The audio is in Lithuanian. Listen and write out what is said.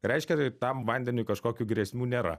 reiškia tai tam vandeniui kažkokių grėsmių nėra